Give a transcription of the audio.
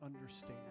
understand